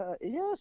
Yes